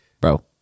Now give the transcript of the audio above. bro